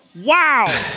Wow